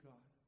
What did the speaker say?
God